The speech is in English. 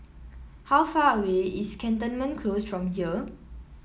how far away is Cantonment Close from here